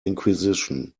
inquisition